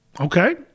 Okay